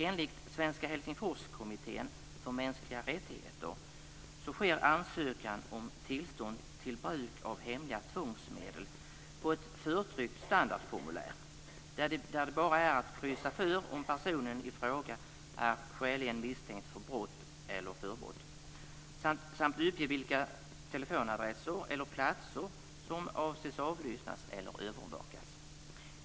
Enligt svenska Helsingforskommittén för mänskliga rättigheter sker ansökan om tillstånd till bruk av hemliga tvångsmedel på ett förtryckt standardformulär, där det bara är att kryssa för om personen i fråga är skäligen misstänkt för brott eller förbrott samt uppge vilka teleadresser eller platser som avses avlyssnas eller övervakas.